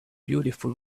beautiful